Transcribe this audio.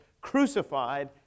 crucified